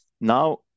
now